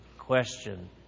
question